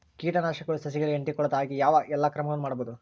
ಕೇಟನಾಶಕಗಳು ಸಸಿಗಳಿಗೆ ಅಂಟಿಕೊಳ್ಳದ ಹಾಗೆ ಯಾವ ಎಲ್ಲಾ ಕ್ರಮಗಳು ಮಾಡಬಹುದು?